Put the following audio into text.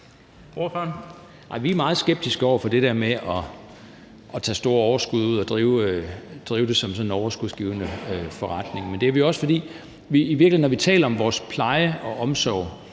Vi er meget skeptiske over for det der med at tage store overskud og drive det som sådan en overskudsgivende forretning. Men det skyldes også, at når vi taler om vores pleje og omsorg,